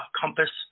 compass